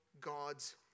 God's